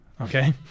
Okay